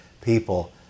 people